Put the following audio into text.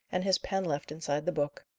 and his pen left inside the book.